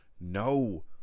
no